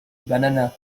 banana